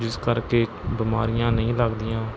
ਜਿਸ ਕਰਕੇ ਬਿਮਾਰੀਆਂ ਨਹੀਂ ਲੱਗਦੀਆਂ